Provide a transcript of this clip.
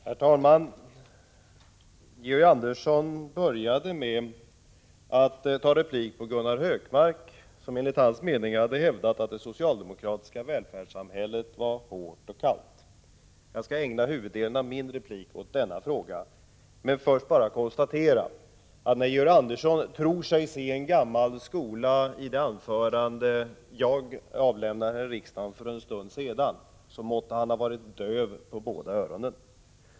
Herr talman! Georg Andersson började med att bemöta Gunnar Hökmark, som enligt hans mening hade hävdat att det socialdemokratiska välfärdssamhället var hårt och kallt. Jag skall ägna huvuddelen av min replik åt denna fråga, men först bara konstatera att om Georg Andersson tyckte sig finna en gammal skola skisserad i det anförande jag för en stund sedan höll här i kammaren måtte han ha varit döv på båda öronen.